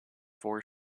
four